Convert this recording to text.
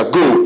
go